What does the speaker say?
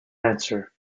answer